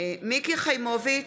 מיקי חיימוביץ'